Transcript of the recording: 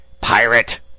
Pirate